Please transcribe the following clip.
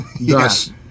Yes